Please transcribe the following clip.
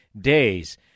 days